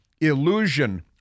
illusion